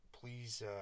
Please